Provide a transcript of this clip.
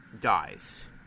dies